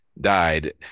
died